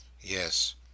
Yes